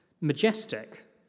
Majestic